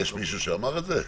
יש מישהו שאמר את זה?